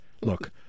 Look